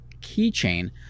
keychain